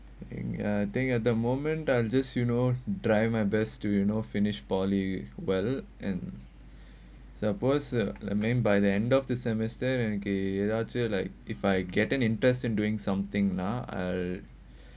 and uh think at the moment I'm just you know try my best to you know finished polytechnic well and supposed uh by the end of the semester then okay like not sure if I get an interest in doing something now